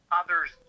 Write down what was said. others